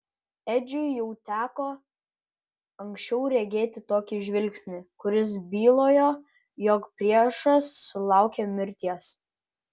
edžiui jau teko anksčiau regėti tokį žvilgsnį kuris bylojo jog priešas sulaukė mirties